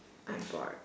I'm bored